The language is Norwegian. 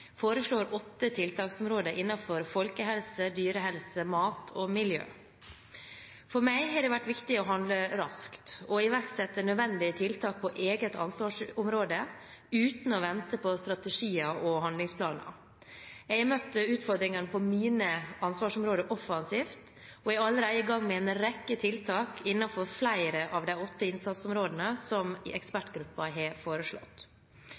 foreslår åtte tiltaksområder innenfor folkehelse, dyrehelse, mat og miljø. For meg har det vært viktig å handle raskt og iverksette nødvendige tiltak på eget ansvarsområde uten å vente på strategier og handlingsplaner. Jeg har møtt utfordringene på mine ansvarsområder offensivt og er allerede i gang med en rekke tiltak innenfor flere av de åtte innsatsområdene som ekspertgruppen har foreslått. I budsjettproposisjonen for 2015 har